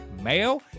mayo